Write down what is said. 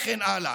וכן הלאה,